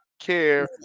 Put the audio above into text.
care